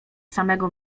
samego